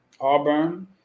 Auburn